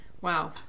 wow